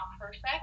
perfect